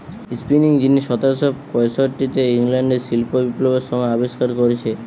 spinning যিনি সতেরশ পয়ষট্টিতে ইংল্যান্ডে শিল্প বিপ্লবের সময় আবিষ্কার কোরেছে